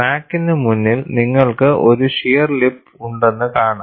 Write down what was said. ക്രാക്കിന് മുന്നിൽ നിങ്ങൾക്ക് ഒരു ഷിയർ ലിപ്പ് ഉണ്ടെന്നു കാണാം